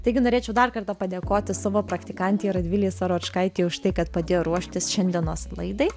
taigi norėčiau dar kartą padėkoti savo praktikantei radvilei saročkaitei už tai kad padėjo ruoštis šiandienos laidai